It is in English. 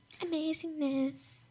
Amazingness